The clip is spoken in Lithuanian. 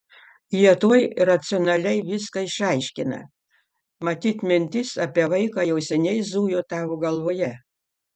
jie tuoj racionaliai viską išaiškina matyt mintis apie vaiką jau seniai zujo tavo galvoje